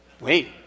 Wait